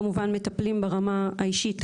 כמובן מטפלים ברמה האישית.